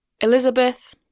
Elizabeth